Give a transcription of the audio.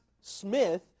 smith